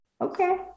Okay